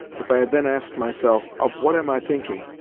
if i had then asked myself, of what am i thinking?